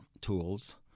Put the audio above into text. tools